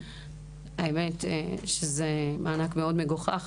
האמת היא שזה מענק מאוד מגוחך.